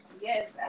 Yes